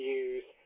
use